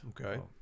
Okay